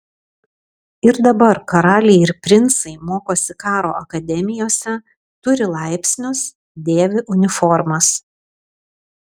ir dabar karaliai ir princai mokosi karo akademijose turi laipsnius dėvi uniformas